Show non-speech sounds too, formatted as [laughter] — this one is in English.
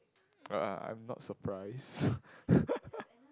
uh I'm not surprised [laughs]